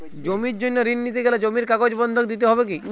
জমির জন্য ঋন নিতে গেলে জমির কাগজ বন্ধক দিতে হবে কি?